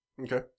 okay